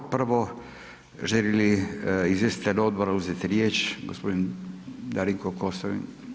Prvo želi li izvjestitelj odbora uzeti riječ, gospodin Darinko Kosor?